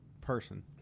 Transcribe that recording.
person